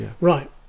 Right